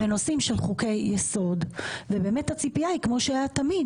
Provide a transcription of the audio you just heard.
בנושאים של חוקי יסוד ובאמת הציפייה היא כמו שהיה תמיד,